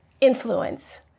influence